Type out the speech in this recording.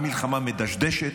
המלחמה מדשדשת,